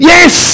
Yes